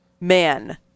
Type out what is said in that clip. man